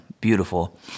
beautiful